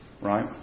Right